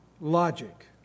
logic